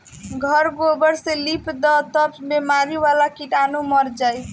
घर गोबर से लिप दअ तअ सब बेमारी वाला कीटाणु मर जाइ